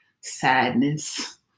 sadness